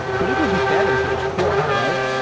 but it would be better if it was quora, right?